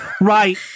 Right